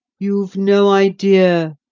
you've no idea,